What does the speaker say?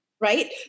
right